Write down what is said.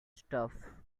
stuff